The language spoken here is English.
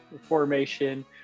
formation